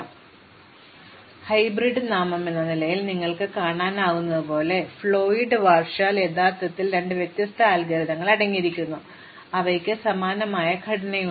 അതിനാൽ ഈ അൽഗോരിത്തിന്റെ ഹൈബ്രിഡ് നാമമെന്ന നിലയിൽ നിങ്ങൾക്ക് കാണാനാകുന്നതുപോലെ ഫ്ലോയ്ഡ് വാർഷാൾ യഥാർത്ഥത്തിൽ രണ്ട് വ്യത്യസ്ത അൽഗോരിതങ്ങൾ അടങ്ങിയിരിക്കുന്നു അവയ്ക്ക് സമാനമായ ഘടനയുണ്ട്